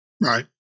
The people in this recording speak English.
right